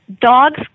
dogs